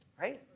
Right